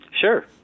Sure